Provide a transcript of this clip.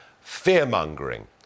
fear-mongering